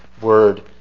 word